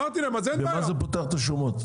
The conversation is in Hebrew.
במה זה פותח את השומות?